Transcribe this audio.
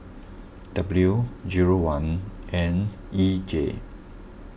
W zero one N E J